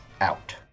out